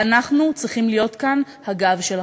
ואנחנו צריכים להיות כאן הגב שלכם.